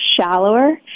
shallower